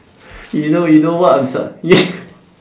you know you know what I'm su~ y~